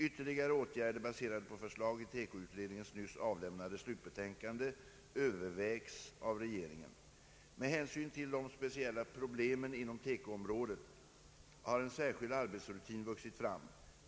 Ytterligare åtgärder baserade på förslag i TEKO-utredningens nyss avlämnade slutbetänkande övervägs av regeringen. Med hänsyn till de speciella problemen inom TEKO-området har en särskild arbetsrutin vuxit fram.